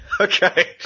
Okay